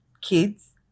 kids